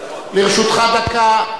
לרשותך דקה.